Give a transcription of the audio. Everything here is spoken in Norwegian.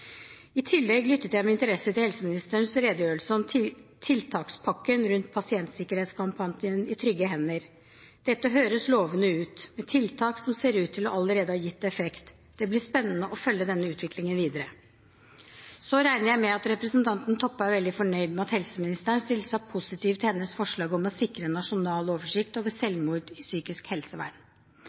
I tillegg lyttet jeg med interesse til helseministerens redegjørelse om tiltakspakken rundt pasientsikkerhetskampanjen I trygge hender. Dette høres lovende ut, med tiltak som allerede ser ut til å ha gitt effekt. Det blir spennende å følge denne utviklingen videre. Så regner jeg med at representanten Toppe er veldig fornøyd med at helseministeren stiller seg positiv til hennes forslag om å sikre en nasjonal oversikt over selvmord i psykisk helsevern.